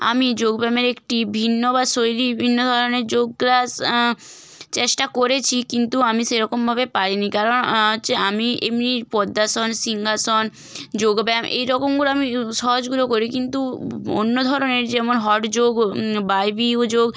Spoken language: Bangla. আমি যোগব্যায়ামের একটি ভিন্ন বা শৈলী ভিন্ন ধরনের যোগ ক্লাস চেষ্টা করেছি কিন্তু আমি সেরকমভাবে পাইনি কারণ হচ্ছে আমি এমনি পদ্মাসন সিংহাসন যোগব্যায়াম এইরকমগুলো আমি সহজগুলো করি কিন্তু অন্য ধরনের যেমন হঠযোগ ও বায়বীয় যোগ